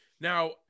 now